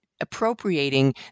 appropriating